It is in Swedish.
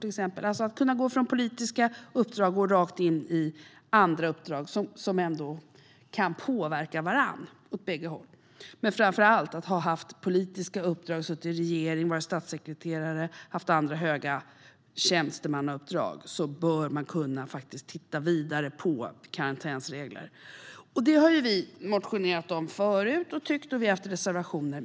Det handlar alltså om att gå från politiska uppdrag och rakt in i andra uppdrag, där uppdragen kan påverka varandra åt bägge håll. Det gäller framför allt dem som haft politiska uppdrag, till exempel suttit i regeringen, varit statssekreterare eller haft andra höga tjänstemannauppdrag. Där bör vi kunna titta vidare på karantänsregler. Detta har vi motionerat om förut, och vi har haft reservationer.